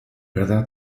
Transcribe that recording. verdad